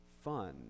fun